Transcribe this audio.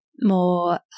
More